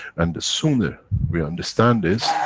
and the sooner we understand this,